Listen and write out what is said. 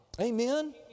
Amen